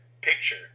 picture